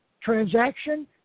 Transaction